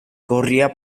corría